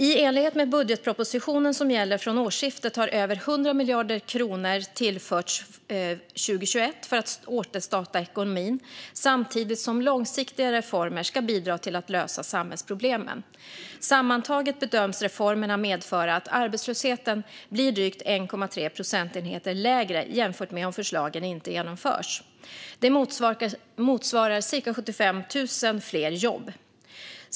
I enlighet med budgetpropositionen som gäller från årsskiftet har över 100 miljarder kronor tillförts under 2021 för att återstarta ekonomin samtidigt som långsiktiga reformer ska bidra till att lösa samhällsproblemen. Sammantaget bedöms reformerna medföra att arbetslösheten blir drygt 1,3 procentenheter lägre jämfört med om förslagen inte genomförs. Det motsvarar cirka 75 000 fler jobb.